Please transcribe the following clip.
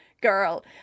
girl